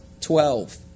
Twelve